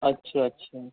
اچھا اچھا